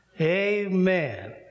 Amen